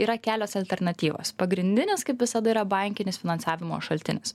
yra kelios alternatyvos pagrindinis kaip visada yra bankinis finansavimo šaltinis